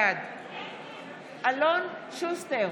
בעד אלון שוסטר,